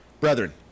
brethren